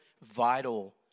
vital